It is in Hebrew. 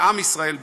לעם ישראל,